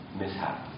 mishap